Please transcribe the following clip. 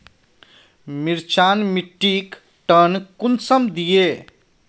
मिर्चान मिट्टीक टन कुंसम दिए?